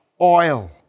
oil